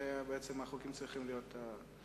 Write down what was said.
שבעצם החוקים צריכים להיות מונחים.